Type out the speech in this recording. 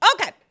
Okay